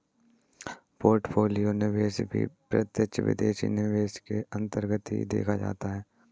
portfolio निवेश भी प्रत्यक्ष विदेशी निवेश के अन्तर्गत ही देखा जाता है